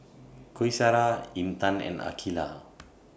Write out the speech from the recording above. Qaisara Intan and Aqilah